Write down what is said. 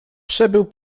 przebył